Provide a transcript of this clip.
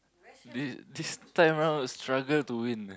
this this time round struggle to win eh